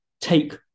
take